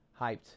hyped